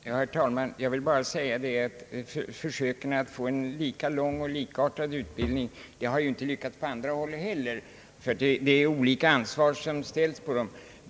Herr talman! Jag vill bara säga att försöken att åstadkomma en lika lång och likartad utbildning har inte lyckats på andra håll heller. Det är olika ansvar som ställs.